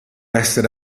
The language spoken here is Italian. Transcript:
essere